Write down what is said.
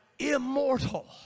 Immortal